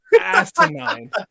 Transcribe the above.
asinine